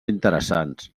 interessants